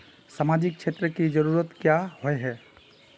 सामाजिक क्षेत्र की जरूरत क्याँ होय है?